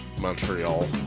Montreal